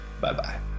Bye-bye